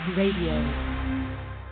radio